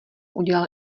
udělal